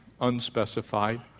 unspecified